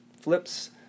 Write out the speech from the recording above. flips